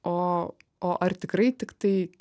o o ar tikrai tiktai